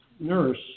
nurse